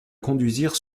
conduisirent